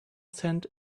sand